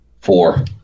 Four